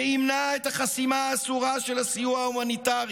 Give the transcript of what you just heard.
שימנע את החסימה האסורה של הסיוע ההומניטרי